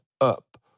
up